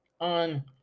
on